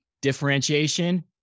differentiation